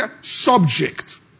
subject